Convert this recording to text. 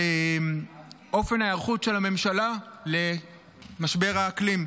אופן ההיערכות של הממשלה למשבר האקלים.